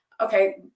Okay